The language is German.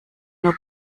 nur